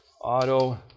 auto